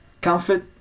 Comfort